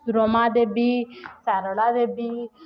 Rama Devi Sarala Devi